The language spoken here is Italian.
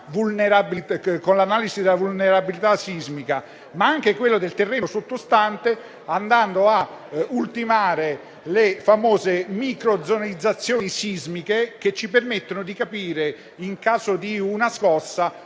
con l'analisi della vulnerabilità sismica, ma anche del terreno sottostante, andando a ultimare le famose microzonizzazioni sismiche, che ci permettono di capire, in caso di scossa,